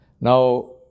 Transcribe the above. Now